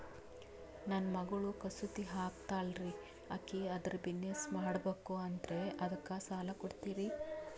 ನನ್ನ ಮಗಳು ಕಸೂತಿ ಹಾಕ್ತಾಲ್ರಿ, ಅಕಿ ಅದರ ಬಿಸಿನೆಸ್ ಮಾಡಬಕು ಅಂತರಿ ಅದಕ್ಕ ಸಾಲ ಕೊಡ್ತೀರ್ರಿ?